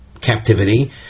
captivity